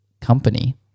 company